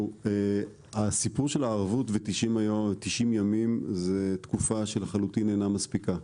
הסיפור של הערבות ו-90 ימים זאת תקופה שלחלוטין אינה מספיקה.